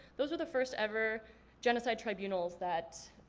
those were the first ever genocide tribunals that,